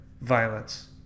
Violence